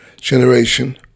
generation